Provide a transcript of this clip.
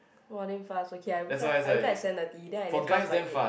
!wah! damn fast okay I wake up I wake up at seven thirty then I left house by eight